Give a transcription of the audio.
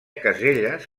caselles